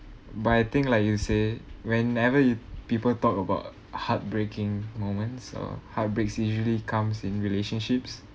but I think like you say whenever you people talk about heartbreaking moments or heartbreaks usually comes in relationships